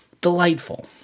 delightful